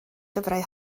lyfrau